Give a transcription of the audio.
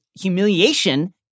humiliation